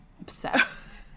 Obsessed